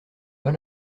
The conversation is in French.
pas